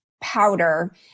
powder